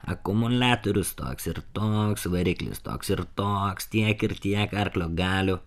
akumuliatorius toks ir toks variklis toks ir toks tiek ir tiek arklio galių